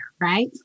right